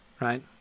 right